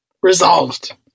resolved